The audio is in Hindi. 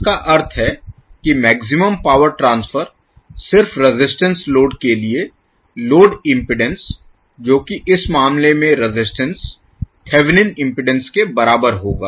इसका अर्थ है कि मैक्सिमम पावर ट्रांसफर सिर्फ रेजिस्टेंस लोड के लिए लोड इम्पीडेन्स जो कि इस मामले में रेजिस्टेंस थेवेनिन इम्पीडेन्स के बराबर होगा